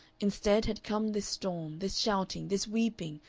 instead had come this storm, this shouting, this weeping,